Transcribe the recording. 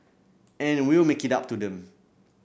and we'll make it up to them